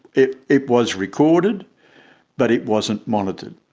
it it was recorded but it wasn't monitored.